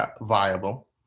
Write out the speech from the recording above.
viable